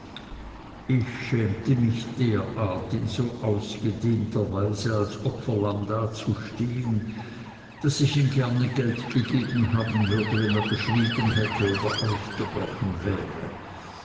ich schämte mich derart in so ausgedehnter weise als opferlamm dazustehen daß ich ihm gerne geld gegeben haben würde wenn er geschwiegen hätte oder ausgebrochen wäre